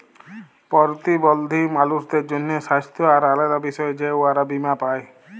পরতিবল্ধী মালুসদের জ্যনহে স্বাস্থ্য আর আলেদা বিষয়ে যে উয়ারা বীমা পায়